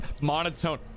monotone